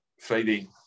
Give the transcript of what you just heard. Friday